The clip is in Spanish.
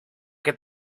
que